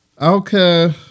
okay